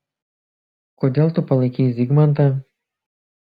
kodėl tu palaikei zygmantą